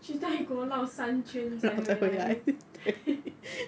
去泰国绕三圈再回来